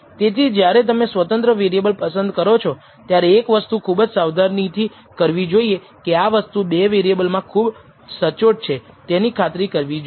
તેથી જ્યારે તમે સ્વતંત્ર વેરિએબલ પસંદ કરો છો ત્યારે એક વસ્તુ ખુબ જ સાવધાનીથી કરવી જોઈએ કે આ વસ્તુ 2 વેરિએબલ માં ખુબ જ સચોટ છે તેની ખાતરી કરવી જોઈએ